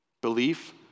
belief